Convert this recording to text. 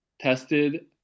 tested